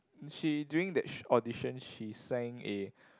she during that sh~ audition she sang a